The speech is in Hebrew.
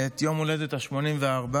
את יום ההולדת ה-84.